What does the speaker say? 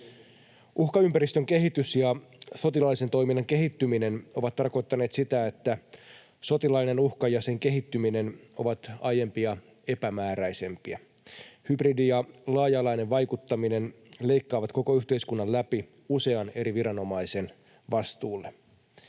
Uhkaympäristön kehitys ja sotilaallisen toiminnan kehittyminen ovat tarkoittaneet sitä, että sotilaallinen uhka ja sen kehittyminen ovat aiempia epämääräisempiä. Hybridi- ja laaja-alainen vaikuttaminen leikkaavat koko yhteiskunnan läpi usean eri viranomaisen vastuulle.